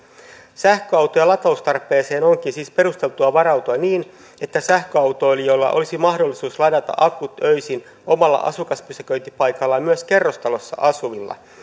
sähköautojen lataustarpeeseen onkin siis perusteltua varautua niin että sähköautoilijoilla olisi mahdollisuus ladata akut öisin omalla asukaspysäköintipaikalla myös kerrostalossa asuvilla